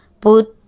put